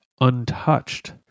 untouched